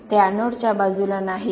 ते एनोडच्या बाजूला नाहीत